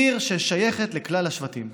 עיר ששייכת לכלל השבטים,